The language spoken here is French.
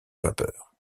vapeurs